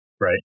Right